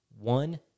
One